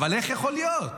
אבל איך יכול להיות?